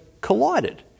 collided